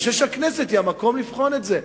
אני חושב שהכנסת היא המקום לבחון את זה,